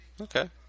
Okay